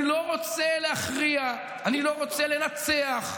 אני לא רוצה להכריע, אני לא רוצה לנצח.